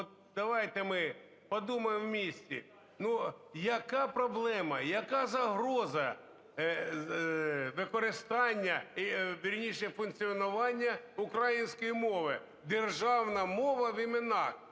От давайте ми подумаєм вместе, яка проблема, яка загроза використання, вірніше, функціонування української мови? Державна мова в іменах